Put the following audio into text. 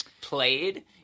played